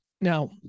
Now